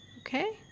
Okay